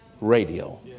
Radio